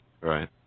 Right